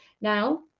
Now